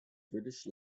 british